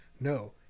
no